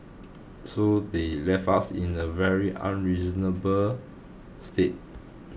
so they left us in a very unreasonable state